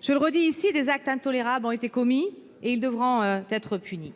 Je le redis ici, des actes intolérables ont été commis et ils devront être punis.